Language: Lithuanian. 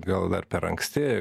gal dar per anksti